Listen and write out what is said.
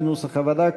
כנוסח הוועדה,